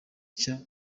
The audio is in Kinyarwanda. nshya